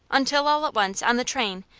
until all at once, on the train,